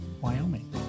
wyoming